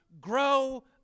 Grow